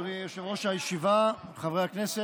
אדוני יושב-ראש הישיבה, חברי הכנסת,